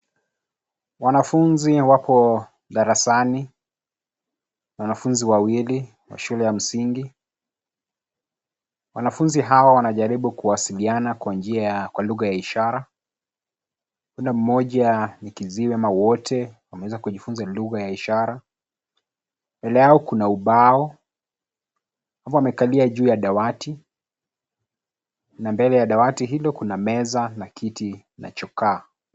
Wanafunzi wapo darasani. Wanafunzi wawili wa shule ya msingi. Wanafunzi hawa wanajaribu kuasiliana kwa lugha ya ishara. Kuna mmoja ni kiziwi ama wote wanaweza kujifunza lugha ya ishara. Mbele yao kuna ubao, wamekalia juu ya dawati, na mbele ya dawati hilo kuna meza na kiti na chokaa.